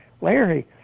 Larry